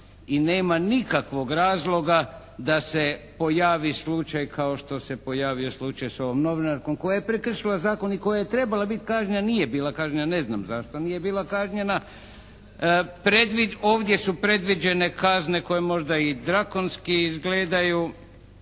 i nema nikakvog razloga da se pojavi slučaj kao što se pojavio slučaj s ovom novinarkom koja je prekršila zakon i koja je trebala biti kažnjena, a nije bila kažnjena. Ja ne znam zašto nije bila kažnjena? Ovdje su predviđene kazne koje možda i «dragonski» izgledaju